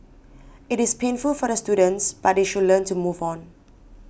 it is painful for the students but they should learn to move on